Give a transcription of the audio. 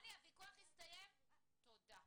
רוני, הוויכוח הסתיים, תודה.